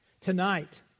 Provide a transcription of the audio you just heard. Tonight